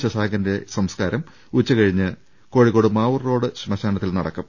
ശശാങ്കന്റെ സംസ്കാരം ഉച്ചകഴിഞ്ഞ് കോഴിക്കോട് മാവൂർ റോഡ് ശ്മശാനത്തിൽ നടക്കും